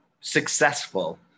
successful